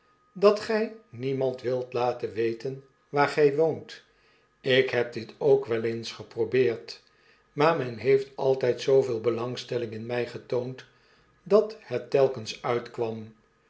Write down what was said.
dat gij niemand wilt laten weten waar gg woont ik heb dit ook wel eens geprobeerd maar men heeft altgd zooveel belangstelling in mg getoond dat het telkens uitkwam